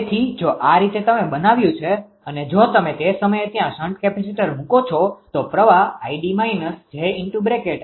તેથી જો આ રીતે તમે બનાવ્યું છે અને જો તમે તે સમયે ત્યાં શન્ટ કેપેસિટર મૂકો છો તો પ્રવાહ 𝑖𝑑−𝑗𝑖𝑞 −𝑖𝑐 આવે છે